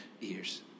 ears